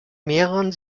mehren